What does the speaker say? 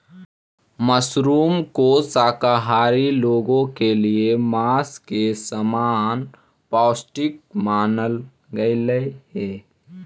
mushroom को शाकाहारी लोगों के लिए मांस के समान पौष्टिक मानल गेलई हे